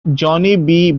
johnny